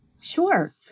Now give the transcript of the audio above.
Sure